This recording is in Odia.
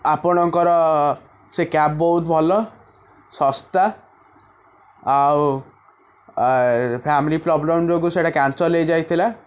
ଆପଣଙ୍କର ସେ କ୍ୟାବ ବହୁତ ଭଲ ଶସ୍ତା ଆଉ ଫ୍ୟାମିଲି ପ୍ରୋବ୍ଲେମ ଯୋଗୁଁ ସେଇଟା କ୍ୟାନସଲ ହେଇଯାଇଥିଲା